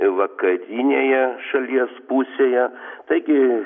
vakarinėje šalies pusėje taigi